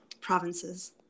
provinces